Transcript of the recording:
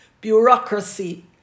bureaucracy